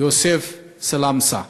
יוסף סלמסה,